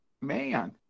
man